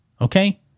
okay